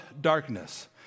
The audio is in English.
darkness